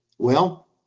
well,